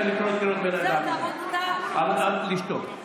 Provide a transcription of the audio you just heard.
אני אקרא לסדר ואני אוציא באמצע ההצבעה גם מי שיפריע לי.